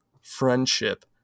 friendship